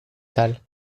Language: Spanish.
tal